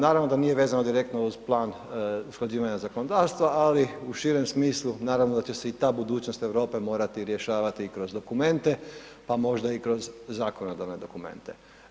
Naravno da nije vezana direktno uz plan usklađivanja zakonodavstva, ali u širem smislu, naravno da će se i ta budućnost Europe morati rješavati kroz dokumente pa možda i kroz zakonodavne dokumente.